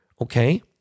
Okay